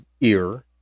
ear